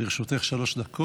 בבקשה, לרשותך שלוש דקות.